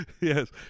Yes